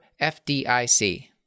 FDIC